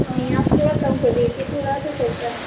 नहीं आप थोड़ा कम कर दीजिए थोड़ा तो चलता है